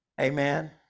Amen